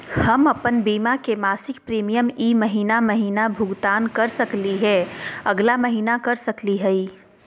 हम अप्पन बीमा के मासिक प्रीमियम ई महीना महिना भुगतान कर सकली हे, अगला महीना कर सकली हई?